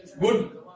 Good